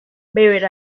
beber